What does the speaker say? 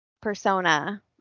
persona